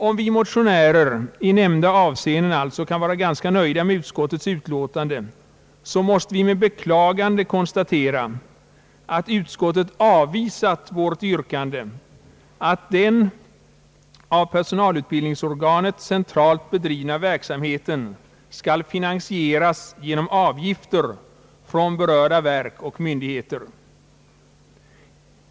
Om vi motionärer i nämnda hänseenden alltså kan vara ganska nöjda med utskottets utlåtande måste vi däremot med beklagande konstatera att utskottet avvisat vårt yrkande att den av personalutbildningsorganet centralt bedrivna verksamheten skall finansieras genom avgifter från berörda verk och myndigheter.